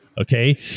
Okay